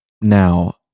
Now